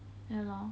ya lor